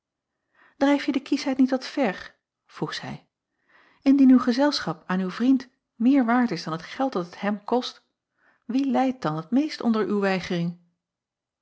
rijfje de kiesheid niet wat ver vroeg zij indien uw gezelschap aan uw vriend meer waard is dan het geld dat het hem kost wie lijdt dan het meest onder uw